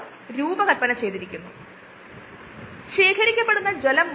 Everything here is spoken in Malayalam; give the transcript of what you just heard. ഇവിടെ വായുസഞ്ചാരം സംഭവിക്കുന്നു വായു ആണ് ഇവിടെ ഉപയോഗിക്കുന്നത്